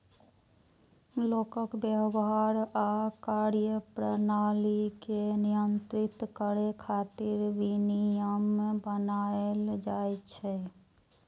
लोगक व्यवहार आ कार्यप्रणाली कें नियंत्रित करै खातिर विनियम बनाएल जाइ छै